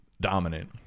dominant